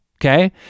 Okay